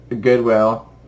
Goodwill